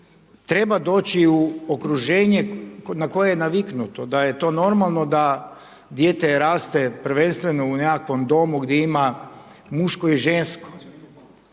treba doći u okruženje na koje je naviknuto, da je to normalno da dijete raste prvenstveno u nekakvom domu gdje ima muško i žensko,